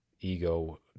Ego